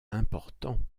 importants